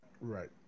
Right